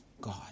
God